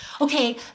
okay